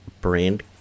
brand